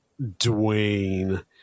Dwayne